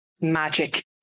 magic